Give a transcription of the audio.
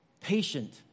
patient